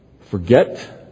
forget